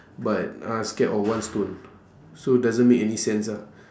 but uh scared of one stone so doesn't make any sense ah